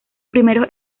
primeros